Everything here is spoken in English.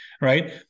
right